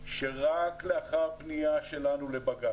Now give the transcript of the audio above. ולומר שרק לאחר פנייה שלנו לבג"צ,